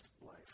life